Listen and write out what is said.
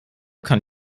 kann